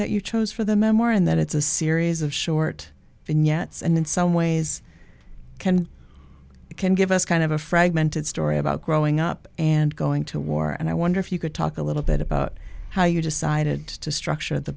that you chose for the memoir in that it's a series of short yes and in some ways can you can give us kind of a fragmented story about growing up and going to war and i wonder if you could talk a little bit about how you decided to structure the